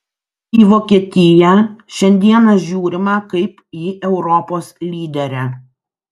į vokietiją šiandieną žiūrima kaip į europos lyderę